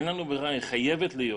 היא חייבת להיות.